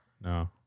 No